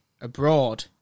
abroad